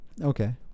Okay